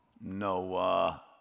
Noah